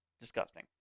disgusting